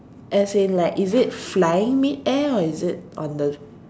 as in like is it flying mid-air or is it on the